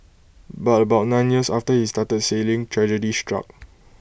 but about nine years after he started sailing tragedy struck